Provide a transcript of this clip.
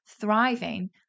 thriving